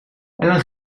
ellen